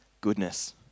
goodness